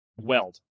Weld